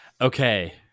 Okay